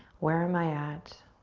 where am i at?